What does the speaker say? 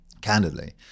candidly